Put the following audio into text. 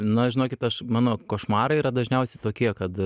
na žinokit aš mano košmarai yra dažniausiai tokie kad